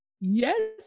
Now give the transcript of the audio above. Yes